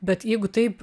bet jeigu taip